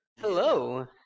Hello